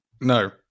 no